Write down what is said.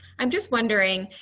i am just wondering,